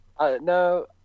No